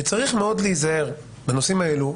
וצריך מאוד להיזהר בנושאים האלו,